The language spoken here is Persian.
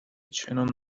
چندان